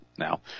Now